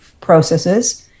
processes